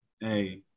Hey